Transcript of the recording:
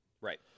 Right